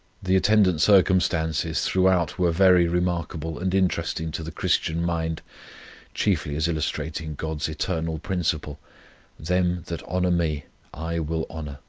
the attendant circumstances, throughout, were very remarkable and interesting to the christian mind chiefly as illustrating god's eternal principle them that honour me i will honour.